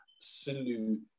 absolute